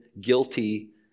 guilty